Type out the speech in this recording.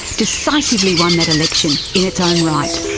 decisively won that election in its own right.